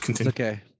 okay